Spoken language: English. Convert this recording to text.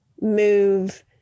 move